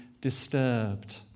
disturbed